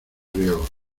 riegos